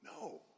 No